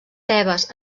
tebes